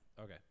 Okay